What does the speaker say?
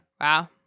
Wow